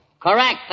Correct